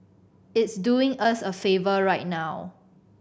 it's doing us a favour right now